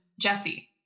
Jesse